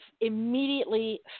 immediately